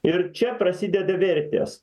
ir čia prasideda vertės